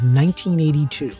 1982